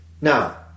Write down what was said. now